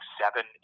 seven